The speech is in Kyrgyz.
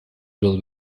жол